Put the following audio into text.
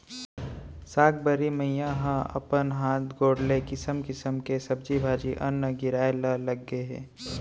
साकंबरी मईया ह अपन हात गोड़ ले किसम किसम के सब्जी भाजी, अन्न गिराए ल लगगे